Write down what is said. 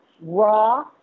raw